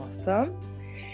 awesome